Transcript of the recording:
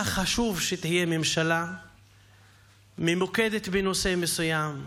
חשוב שהממשלה תהיה ממוקדת בנושא מסוים,